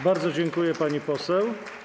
Bardzo dziękuję, pani poseł.